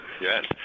Yes